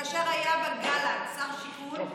כאשר היה בה גלנט שר שיכון,